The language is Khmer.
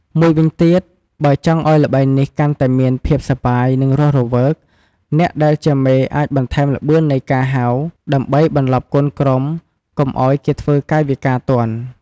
មួយវិញទៀត បើចង់ឱ្យល្បែងនេះកាន់តែមានភាពសប្បាយ និងរស់រវើក អ្នកដែលជាមេអាចបន្ថែមល្បឿននៃការហៅ ដើម្បីបន្លប់កូនក្រុមកុំឱ្យគេធ្វើកាយវិការទាន់។